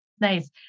Nice